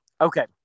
Okay